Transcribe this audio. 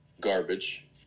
garbage